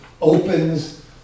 opens